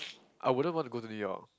I wouldn't want to go to New York